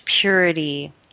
purity